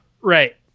Right